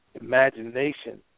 Imagination